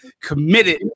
committed